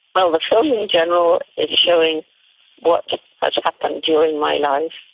well, the film in general is showing what has happened during my life,